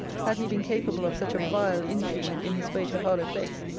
had he been capable of such a vile intrigue in his way to harlowe-place,